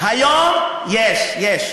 יש, יש.